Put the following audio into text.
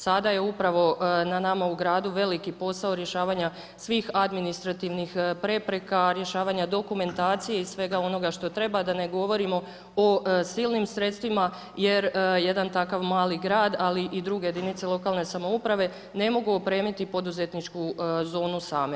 Sada je upravo na nama u gradu veliki posao rješavanja svih administrativnih prepreka, rješavanja dokumentacije i svega onoga što treba, da ne govorimo o silnim sredstvima, jer jedan takav mali grada ali i druge jedinice lokalne samouprave, ne mogu opremiti poduzetničku zonu same.